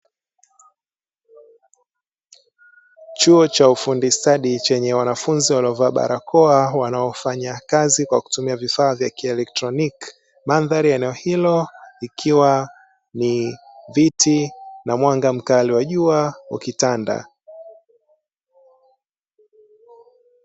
Chuo cha ufundi stadi chenye wanafunzi wanaovaa barakoa, wanaofanya kazi kwa kutumia vifaa vya kielektroniki. Mandhari ya eneo hili ikiwa ni viti na mwanga mkali wa jua ukitanda.